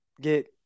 Get